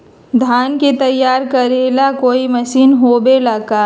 धान के तैयार करेला कोई मशीन होबेला का?